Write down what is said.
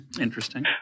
Interesting